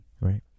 right